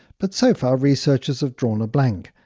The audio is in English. but so far researchers have drawn a blank,